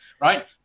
right